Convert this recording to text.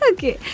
Okay